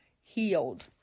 healed